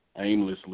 aimlessly